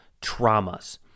traumas